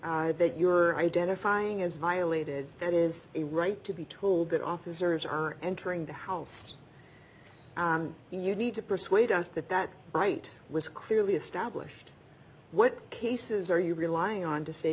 right you're identifying is violated that is a right to be told that officers are entering the house you need to persuade us that that right was clearly established what cases are you relying on to say